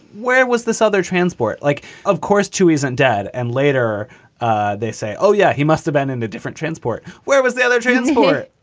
where was this other transport like? of course, two isn't dead. and later ah they say, oh, yeah, he must have been in a different transport where was the other transport?